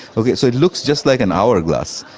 okay, so it looks just like an hourglass.